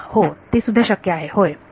आ हो ते सुद्धा शक्य आहे होय